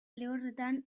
lehorretan